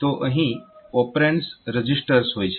તો અહીં operands registers હોય છે